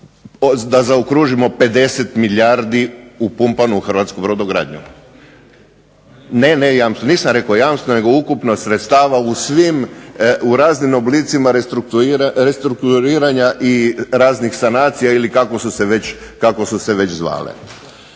da zaokružimo 50 milijardi upumpano u hrvatsku brodogradnju. … /Upadica se ne razumije./… Ne, ne jamstva, nisam rekao jamstva nego ukupno sredstava u raznim oblicima restrukturiranja i raznih sanacija ili kako su se već zvale.